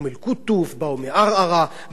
באו תושבים שיושבים בחריש עצמה,